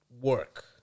work